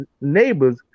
neighbors